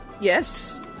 Yes